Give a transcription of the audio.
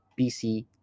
BC